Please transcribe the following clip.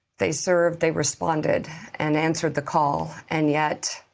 they served, they responded, and answered the call. and yet